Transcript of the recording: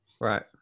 right